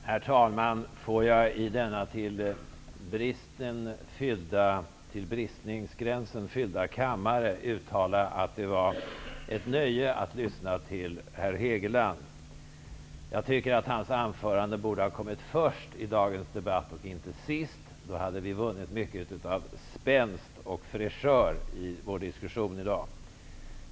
Herr talman! Låt mig i denna till bristningsgränsen fyllda kammare uttala att det var ett nöje att lyssna till herr Hegeland. Jag tycker att hans anförande borde ha kommit först i dagens debatt, inte sist. Då hade vi vunnit mycket av spänst och fräschör i vår diskussion i dag.